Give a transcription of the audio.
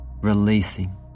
releasing